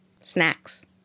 snacks